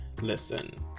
Listen